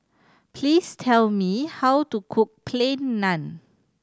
please tell me how to cook Plain Naan